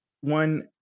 one